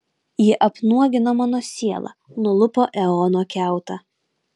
ji apnuogino mano sielą nulupo eono kiautą